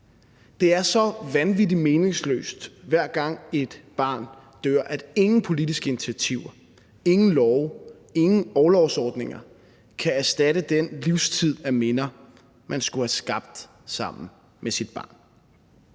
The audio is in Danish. Det er så vanvittig meningsløst, hver gang et barn dør, at ingen politiske initiativer, ingen love, ingen orlovsordninger kan erstatte den livstid af minder, man skulle have skabt sammen med sit barn